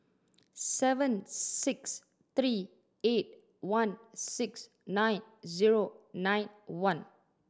seven six three eight one six nine zero nine one